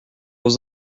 aux